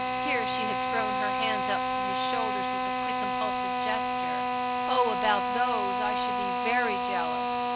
here she had thrown her hands up to his shoulders with a quick, impulsive gesture oh, about those i should be very jealous.